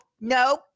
no